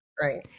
Right